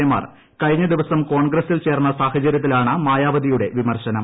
എമാർ കഴിഞ്ഞ ദിവസം കോൺഗ്രസിൽ ചേർന്ന സ്ട്രഫചര്യത്തിലാണ് മായാവതിയുടെ വിമർശനം